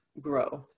grow